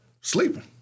sleeping